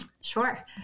Sure